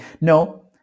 no